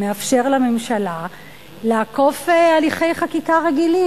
מאפשר לממשלה לעקוף הליכי חקיקה רגילים.